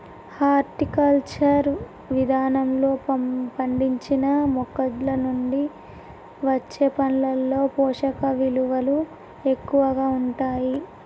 horticulture విధానంలో పండించిన మొక్కలనుండి వచ్చే పండ్లలో పోషకవిలువలు ఎక్కువగా ఉంటాయి